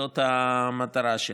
זאת המטרה שלה,